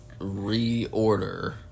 reorder